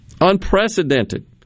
Unprecedented